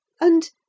And